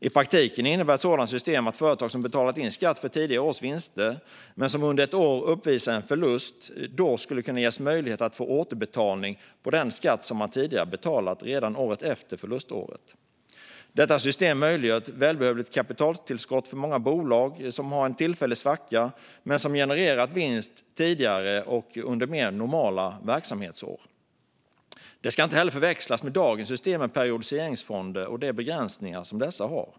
I praktiken innebär ett sådant system att företag som har betalat in skatt för tidigare års vinster men som under ett år uppvisar en förlust skulle kunna ges möjlighet att få återbetalning av den skatt de tidigare betalat redan året efter förluståret. Detta system möjliggör ett välbehövligt kapitaltillskott för många bolag som har en tillfällig svacka men som genererat vinst tidigare och under mer normala verksamhetsår. Det ska inte förväxlas med dagens system med periodiseringsfonder och de begränsningar som dessa har.